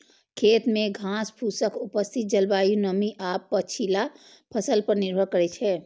खेत मे घासफूसक उपस्थिति जलवायु, नमी आ पछिला फसल पर निर्भर करै छै